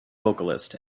vocalist